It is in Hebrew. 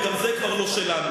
וגם זה כבר לא שלנו.